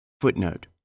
Footnote